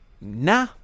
nah